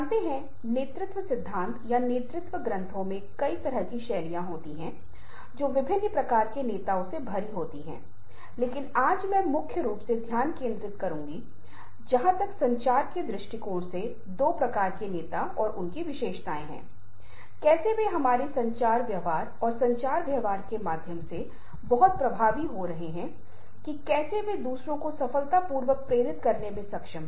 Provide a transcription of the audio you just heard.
इसके अलावा कुछ बहुत ही रोचक परीक्षण होंगे जो हम आपके लिए विकसित करेंगे जो कि धोखा या झूठ की अवधारणा से आंशिक रूप से निपटेंगे क्योंकि आप देखते हैं कि यह उन चीजों में से एक है जिन्हें मैं इस पाठ के साथ आगे बढ़ने के साथ उजागर करूंगा इसके साथ आगे बढ़ें बात करें कि धोखा हमारे जीवन में बहुत महत्वपूर्ण भूमिका निभाता है और मुझे आशा है कि उन सर्वेक्षणों को करने के लिए यह आपके लिए मजेदार होगा लेकिन आपको उन्हें अवश्य करना चाहिए क्योंकि हम जो यहां करते हैं उसके संदर्भ में उनके निष्कर्ष बहुत प्रासंगिक होने जा रहे हैं